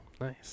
nice